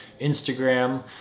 Instagram